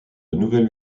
nouvelles